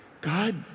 God